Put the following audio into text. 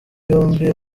yombi